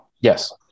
Yes